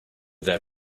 there